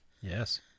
Yes